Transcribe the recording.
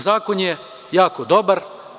Zakon je jako dobar.